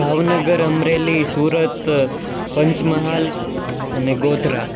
ભાવનગર અમરેલી સુરત પંચમહાલ અને ગોધરા